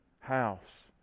House